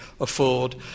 afford